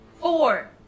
Four